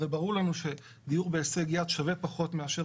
ברור לנו שדיור בהישג יד שווה פחות מאשר